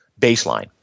baseline